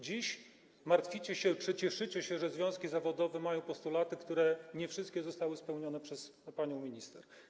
Dziś martwicie się czy cieszycie się, że związki zawodowe mają postulaty, z których nie wszystkie zostały spełnione przez panią minister.